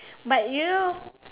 but you know